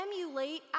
emulate